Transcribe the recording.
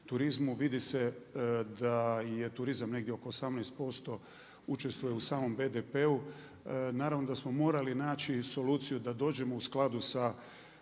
turizmu, vidi se da je turizam negdje oko 18% učestvuje u samom BDP-u. Naravno da smo morali naći soluciju da dođemo u skladu sa